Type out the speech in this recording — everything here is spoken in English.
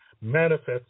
manifest